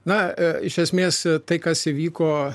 na iš esmės tai kas įvyko